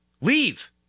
leave